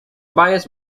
bias